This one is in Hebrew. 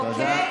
אוקיי,